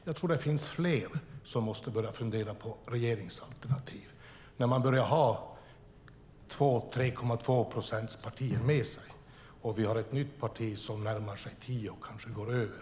Jag tror att det finns fler som måste fundera över regeringsalternativ när regeringen består av partier med 3,2 procents valunderlag och det finns ett nytt parti som närmar sig 10 procent eller mer.